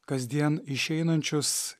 kasdien išeinančius